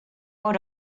would